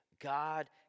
God